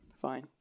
fine